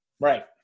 Right